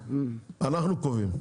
אנחנו קובעים.